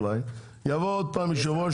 יבוא עוד פעם יושב-ראש,